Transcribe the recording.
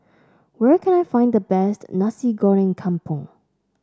where can I find the best Nasi Goreng Kampung